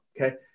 Okay